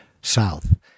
south